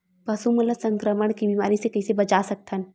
पशु मन ला संक्रमण के बीमारी से कइसे बचा सकथन?